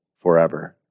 forever